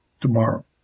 tomorrow